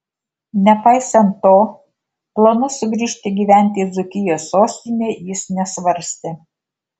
nepaisant to planų sugrįžti gyventi į dzūkijos sostinę jis nesvarstė